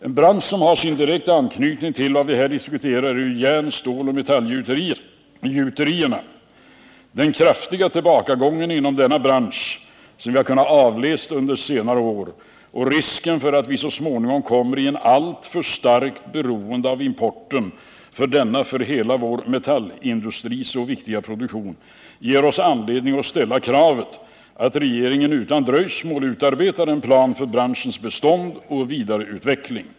En bransch som har sin direkta anknytning till vad vi här diskuterar är järn-, ståloch metallgjuterierna. Den kraftiga tillbakagången inom denna bransch som vi kunnat avläsa under senare år och risken för att vi så småningom kommer i ett alltför starkt beroende av importen när det gäller denna för hela metallindustrin så viktiga produktion ger oss anledning att ställa kravet att regeringen utan dröjsmål utarbetar en plan för branschens bestånd och vidareutveckling.